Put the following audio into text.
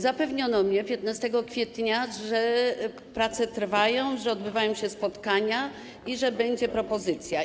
Zapewniono mnie 15 kwietnia, że prace trwają, że odbywają się spotkania i że będzie propozycja.